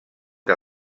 que